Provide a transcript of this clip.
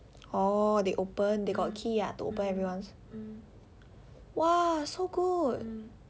orh they got key ah to open everyone's !wah! so good